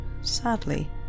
sadly